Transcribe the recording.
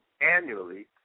annually